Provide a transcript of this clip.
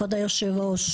כבוד היושב ראש,